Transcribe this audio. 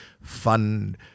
fun